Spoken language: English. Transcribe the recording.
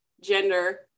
gender